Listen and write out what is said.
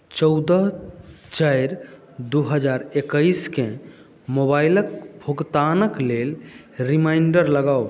चौदह चारि दू हजार एकैसकेँ मोबाइलक भुगतानक लेल रिमाइण्डर लगाउ